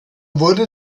wurde